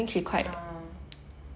ah